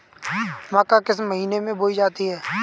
मक्का किस महीने में बोई जाती है?